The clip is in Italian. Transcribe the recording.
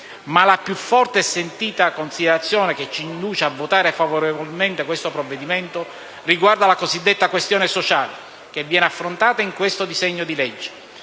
Ma la più forte e sentita considerazione che ci induce a votare favorevolmente questo provvedimento riguarda la cosiddetta questione sociale, che viene affrontata in questo disegno di legge.